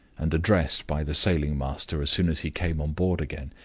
and addressed by the sailing-master as soon as he came on board again.